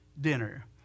dinner